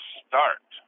start